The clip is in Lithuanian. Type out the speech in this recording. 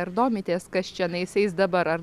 ar domitės kas čionais eis dabar ar